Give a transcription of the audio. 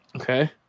Okay